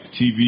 tv